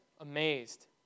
Amazed